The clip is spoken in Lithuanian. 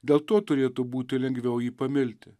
dėl to turėtų būti lengviau jį pamilti